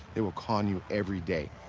they will con you everyday.